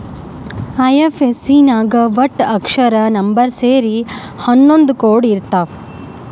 IFSC ನಾಗ್ ವಟ್ಟ ಅಕ್ಷರ, ನಂಬರ್ ಸೇರಿ ಹನ್ನೊಂದ್ ಕೋಡ್ ಇರ್ತಾವ್